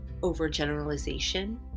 overgeneralization